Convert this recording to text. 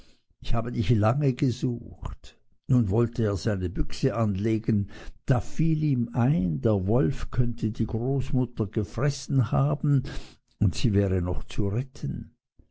ich habe dich lange gesucht nun wollte er seine büchse anlegen da fiel ihm ein der wolf könnte die großmutter gefressen haben und sie wäre noch zu retten